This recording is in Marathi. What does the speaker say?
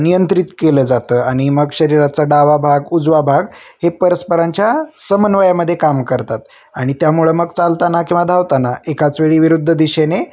नियंत्रित केलं जातं आणि मग शरीराचा डावा भाग उजवा भाग हे परस्परांच्या समन्वयामध्ये काम करतात आणि त्यामुळे मग चालताना किंवा धावताना एकाच वेळी विरुद्ध दिशेने